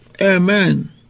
Amen